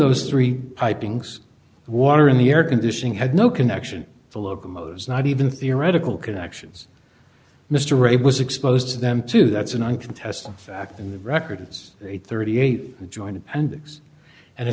those three pipings water in the air conditioning had no connection to locomotives not even theoretical connections mr wright was exposed to them too that's an uncontested fact in the records a thirty eight joint appendix and